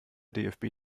dfb